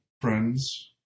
friends